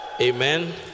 Amen